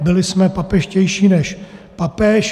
Byli jsme papežštější než papež.